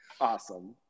Awesome